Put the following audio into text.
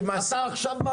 אתה עכשיו מטיל מס.